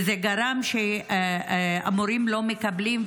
וזה גרם שהמורים לא מקבלים,